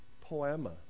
poema